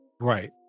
Right